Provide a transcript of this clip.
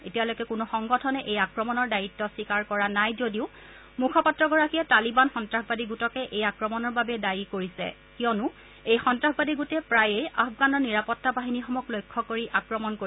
এতিয়ালৈকে কোনো সংগঠনে এই আক্ৰমণৰ দায়িত্ব স্বীকাৰ কৰা নাই যদিও মুখপাত্ৰগৰাকীয়ে তালীবান সন্তাসবাদী গোটকে এই আক্ৰমণৰ বাবে দায়ী কৰিছে কিয়নো এই সন্নাসবাদী গোটে প্ৰায়েই আফ্গানৰ নিৰাপতা বাহিনীসমূহক লক্ষ্য কৰি আক্ৰমণ কৰে